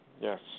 Yes